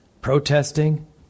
protesting